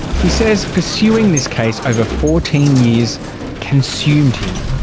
he says pursuing this case over fourteen years consumed him.